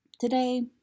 today